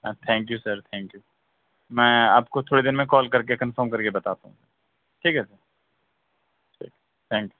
a thank you sir thank you میں آپ کو تھوڑی دیر میں کال کر کے کنفرم کر کے بتاتا ہوں ٹھیک ہے سر تھینک یو